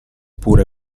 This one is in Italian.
pure